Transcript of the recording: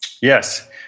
Yes